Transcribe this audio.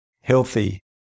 healthy